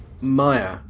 maya